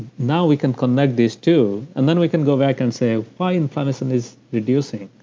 now we can connect these two. and then we can go back and say, why inflammation is reducing?